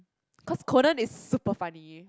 cause Conan is super funny